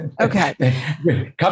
Okay